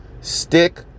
stick